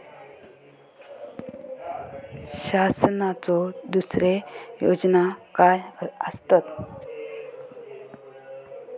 शासनाचो दुसरे योजना काय आसतत?